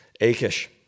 Achish